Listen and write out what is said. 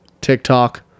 TikTok